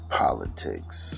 politics